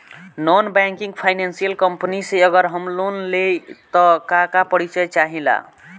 Non banking financial company से अगर हम लोन लि त का का परिचय चाहे ला?